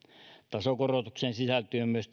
tasokorotukseen sisältyy myös